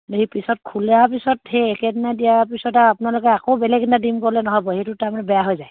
সেই পিছত খোলৰ পিছত সেই একেদিনাই দিয়াৰ পিছত আৰু আপোনালোকে আকৌ বেলেগ এদিনা দিম ক'লে নহ'ব সেইটো তাৰমানে বেয়া হৈ যায়